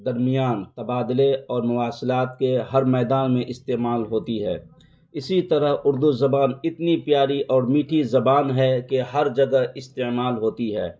درمیان تبادلے اور مواصلات کے ہر میدان میں استعمال ہوتی ہے اسی طرح اردو زبان اتنی پیاری اور میٹھی زبان ہے کہ ہر جگہ استعمال ہوتی ہے